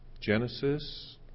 Genesis